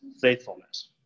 faithfulness